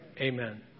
Amen